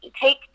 take